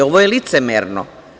Ovo je licemerno.